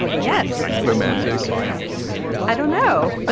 yes romantic i don't know.